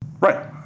Right